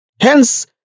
Hence